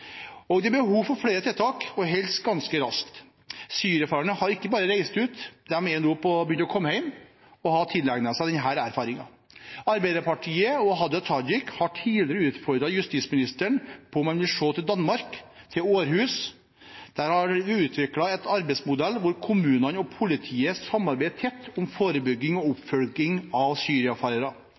Det er behov for flere tiltak – og helst ganske raskt. Syriafarerne har ikke bare reist ut, de har nå begynt å komme hjem og har tilegnet seg denne erfaringen. Arbeiderpartiet og Hadia Tajik har tidligere utfordret justisministeren på om han vil se til Danmark, til Århus. Der har de utviklet en arbeidsmodell hvor kommunene og politiet samarbeider tett om forebygging og oppfølging av